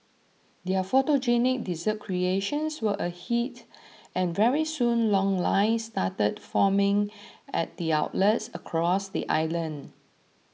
their photogenic dessert creations were a hit and very soon long lines started forming at its outlets across the island